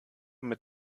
mit